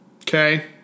Okay